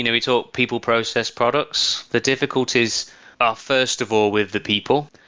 yeah we told people process products. the difficulties are, first of all, with the people.